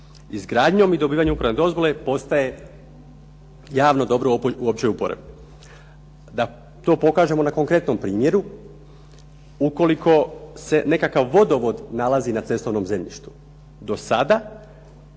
Izgradnjom i dobivanje upravne dozvole postaje javno dobro u općoj uporabi. Da to pokažemo na konkretnom primjeru, ukoliko se nekakav vodovod nalazi na cestovnom zemljištu do sada